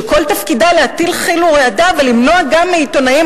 שכל תפקידה להטיל חיל ורעדה ולמנוע גם מעיתונאים